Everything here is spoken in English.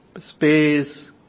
space